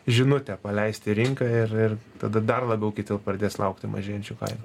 žinutę paleisti į rinką ir ir tada dar labiau kiti pradės laukti mažėjančių kainų